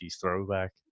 throwback